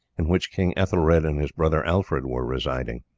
in which king ethelred and his brother alfred were residing.